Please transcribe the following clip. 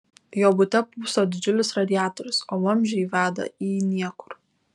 jo bute pūpso didžiulis radiatorius o vamzdžiai veda į niekur